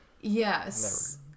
Yes